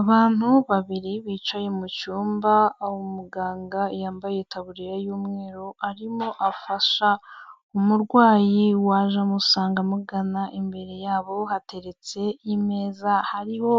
Abantu babiri bicaye mu cyumba, aho umuganga yambaye itaburiya y'umweru arimo afasha umurwayi waje amusanga amugana, imbere yabo hateretse imeza, hariho